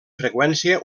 freqüència